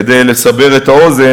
כדי לסבר את האוזן,